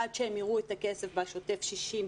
עד שהם יראו את הכסף בשוטף 60,